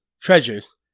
treasures